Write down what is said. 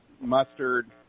mustard